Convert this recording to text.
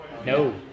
No